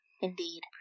Indeed